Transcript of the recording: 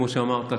כמו שאמרת,